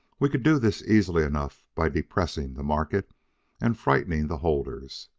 we could do this easily enough by depressing the market and frightening the holders.